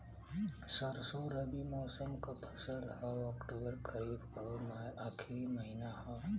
सरसो रबी मौसम क फसल हव अक्टूबर खरीफ क आखिर महीना हव